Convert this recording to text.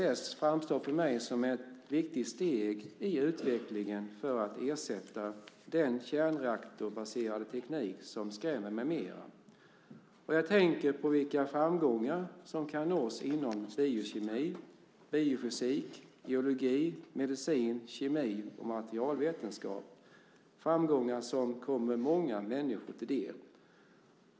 ESS framstår för mig som ett viktigt steg i utvecklingen för att ersätta den kärnreaktorbaserade teknik som skrämmer mig mer. Jag tänker också på vilka framgångar som kan nås inom biokemi, biofysik, geologi, medicin, kemi och materialvetenskap, framgångar som kommer många människor till del.